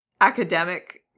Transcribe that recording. academic